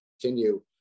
continue